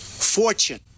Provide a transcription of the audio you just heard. fortune